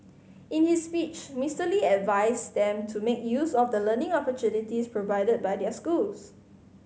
in his speech Mister Lee advised them to make use of the learning opportunities provided by their schools